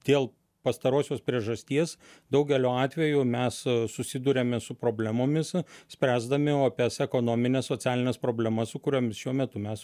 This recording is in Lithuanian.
dėl pastarosios priežasties daugeliu atveju mes susiduriame su problemomis spręsdami opias ekonomines socialines problemas su kuriomis šiuo metu mes